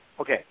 Okay